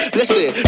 listen